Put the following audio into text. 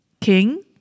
King